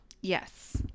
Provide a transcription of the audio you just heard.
Yes